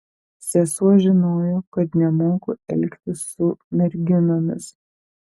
sesuo žinojo kad nemoku elgtis su merginomis